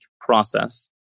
process